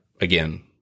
again